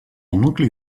nucli